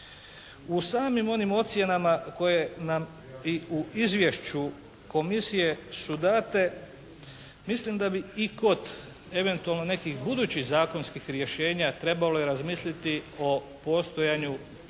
U samim onim ocjenama koje nam i u izvješću komisije su date mislim da bi i kod eventualno nekih budućih zakonskih rješenja trebale razmisliti o postojanju neke